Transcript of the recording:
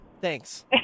Thanks